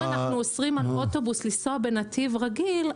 אם אנחנו אוסרים על אוטובוס לנסוע בנתיב רגיל,